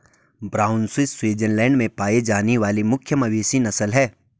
brown Swiss Switzerland में पाई जाने वाली मुख्य मवेशी नस्ल है